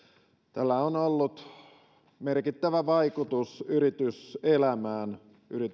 tällä on ollut merkittävä vaikutus yrityselämään